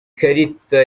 karita